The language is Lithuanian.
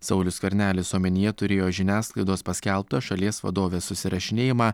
saulius skvernelis omenyje turėjo žiniasklaidos paskelbtą šalies vadovės susirašinėjimą